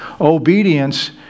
obedience